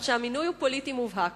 כך שהמינוי הוא פוליטי מובהק.